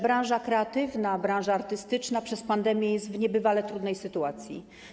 Branża kreatywna, branża artystyczna przez pandemię jest w niebywale trudnej sytuacji.